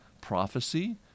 prophecy